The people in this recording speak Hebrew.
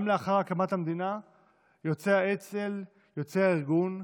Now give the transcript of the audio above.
גם לאחר הקמת המדינה יוצאי האצ"ל, יוצאי הארגון,